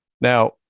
Now